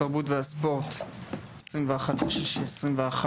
התרבות והספורט - היום ה-21 ביוני 2023,